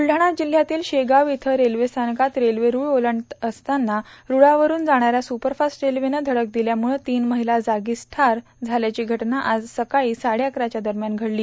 बुलढाणा जिल्हयातील शेगाव इथं रेल्वेस्थानकात रेल्वे रूळ ओलांडत असताना रूछावरून जाणाऱ्या सुपरफास्ट रेल्वेनं धडक दिल्यामुळं तीन महिला जागीच ठार झाल्याची घटना आज सकाळी साडेअकराच्या दरम्यान घडली